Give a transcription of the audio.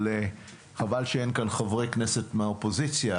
אבל חבל שאין כאן חברי כנסת מהאופוזיציה,